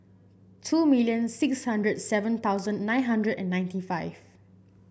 two million six hundred and seven thousand nine hundred and ninety five